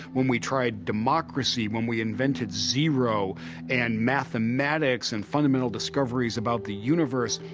when we tried democracy, when we invented zero and mathematics and fundamental discoveries about the universe,